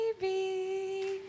baby